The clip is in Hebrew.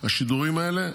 והשידורים האלה,